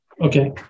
Okay